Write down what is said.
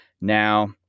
Now